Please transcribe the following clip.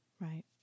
Right